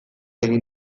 egin